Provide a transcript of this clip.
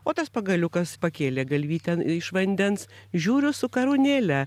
o tas pagaliukas pakėlė galvytę iš vandens žiūriu su karūnėle